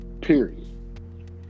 Period